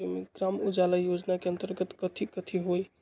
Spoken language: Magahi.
ग्राम उजाला योजना के अंतर्गत कथी कथी होई?